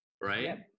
right